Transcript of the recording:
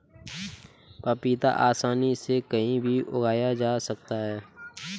पपीता आसानी से कहीं भी उगाया जा सकता है